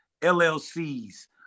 LLCs